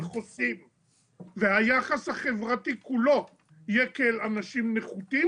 חוסים והיחס החברתי כולו יהיה כאל אנשים נחותים,